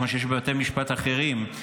כמו שיש בבתי משפט אחרים,